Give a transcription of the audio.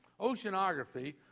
oceanography